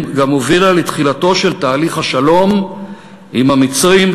גם הובילה לתחילתו של תהליך השלום עם המצרים,